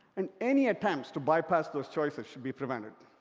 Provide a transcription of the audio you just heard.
and any attempts to bypass those choices should be prevented.